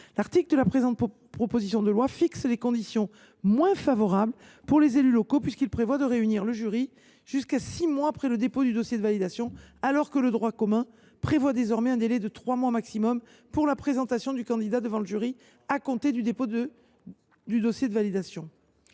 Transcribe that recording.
éligibles. En outre, l’article 25 fixe des conditions moins favorables pour les élus locaux, puisqu’il prévoit de réunir le jury jusqu’à six mois après le dépôt du dossier de validation, alors que le droit commun prévoit désormais un délai maximal de trois mois pour la présentation du candidat devant le jury à compter du dépôt du dossier de validation.